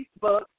Facebook